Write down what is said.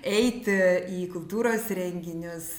eiti į kultūros renginius